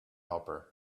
helper